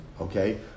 Okay